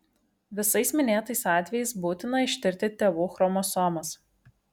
visais minėtais atvejais būtina ištirti tėvų chromosomas